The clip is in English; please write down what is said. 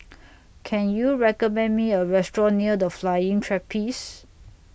Can YOU recommend Me A Restaurant near The Flying Trapeze